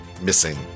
missing